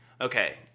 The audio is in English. Okay